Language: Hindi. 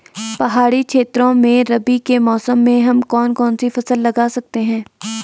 पहाड़ी क्षेत्रों में रबी के मौसम में हम कौन कौन सी फसल लगा सकते हैं?